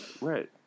Right